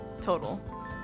total